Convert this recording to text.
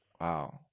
Wow